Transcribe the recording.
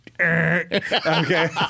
Okay